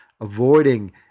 avoiding